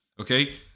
okay